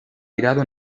tirado